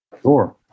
Sure